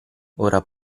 ora